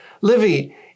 livy